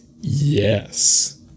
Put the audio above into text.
Yes